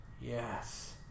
Yes